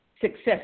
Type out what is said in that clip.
success